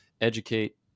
educate